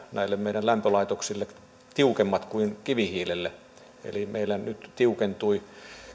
näille meidän lämpölaitoksille tiukemmat hiukkaspäästöt kuin kivihiilelle eli meillä nyt tiukentui